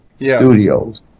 Studios